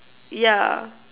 yeah